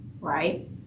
right